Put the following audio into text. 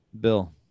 Bill